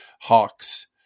hawks